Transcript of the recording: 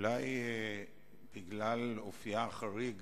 אולי בגלל אופיה החריג